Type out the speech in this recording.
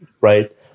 right